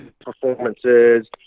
performances